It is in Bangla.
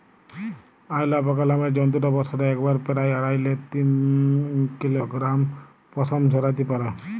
অয়ালাপাকা নামের জন্তুটা বসরে একবারে পেরায় আঢ়াই লে তিন কিলগরাম পসম ঝরাত্যে পারে